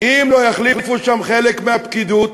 אם לא יחליפו שם חלק מהפקידות